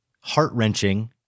heart-wrenching